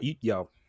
Yo